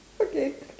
okay